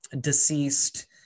deceased